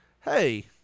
hey